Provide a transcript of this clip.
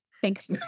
Thanks